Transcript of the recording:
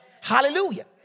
Hallelujah